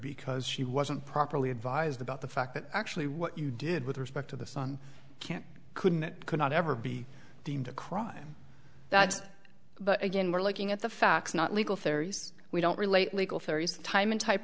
because she wasn't properly advised about the fact that actually what you did with respect to the son can't couldn't it could not ever be deemed a crime but again we're looking at the facts not legal theories we don't relate legal theories timon type